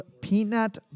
peanut